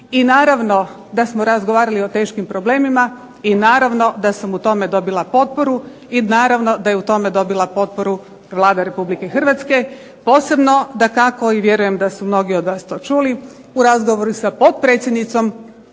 I naravno da smo razgovarali o teškim problemima, i naravno da sam u tome dobila potporu i naravno da je u tome dobila potporu Vlada Republike Hrvatske. Posebno dakako i vjerujem da su to mnogi od vas čuli u razgovoru sa potpredsjednicom